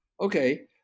Okay